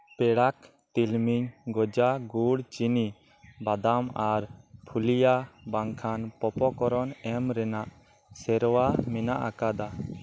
ᱯᱮᱲᱟ ᱠᱚ ᱛᱤᱞᱢᱤᱧ ᱜᱚᱡᱟ ᱜᱩᱲ ᱪᱤᱱᱟ ᱵᱟᱫᱟᱢ ᱟᱨ ᱯᱷᱩᱞᱤᱭᱟ ᱵᱟᱝᱠᱷᱟᱱ ᱯᱚᱯᱠᱚᱨᱱ ᱮᱢ ᱨᱮᱱᱟᱜ ᱥᱮᱨᱣᱟ ᱢᱮᱱᱟᱜ ᱟᱠᱟᱫᱟ